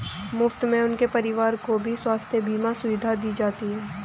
मुफ्त में उनके परिवार को भी स्वास्थ्य बीमा सुविधा दी जाती है